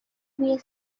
were